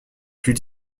plus